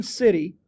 city